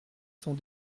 sont